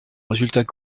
résultat